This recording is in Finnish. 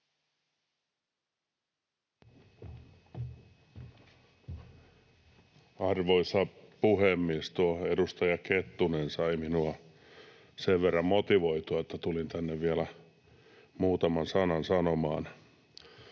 Arvoisa puhemies! Tuo edustaja Kettunen sai minua sen verran motivoitua, että tulin tänne vielä muutaman sanan sanomaan.